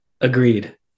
Agreed